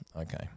Okay